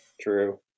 True